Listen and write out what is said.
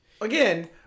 Again